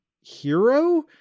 hero